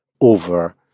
over